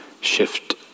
shift